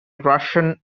russian